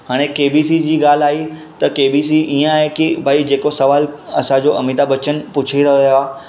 हाणे केबीसी जी ॻाल्हि आई त केबीसी हीअं आहे की भई जेको सुवाल असांजो अमिताब बच्चन पूछी रहियो आहे